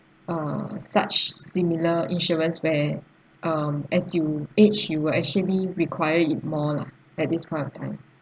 uh such similar insurance where um as you age you will actually require it more lah at this point of time